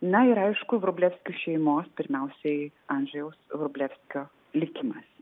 na ir aišku vrublevskių šeimos pirmiausiai andžejaus vrublevskio likimas